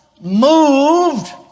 moved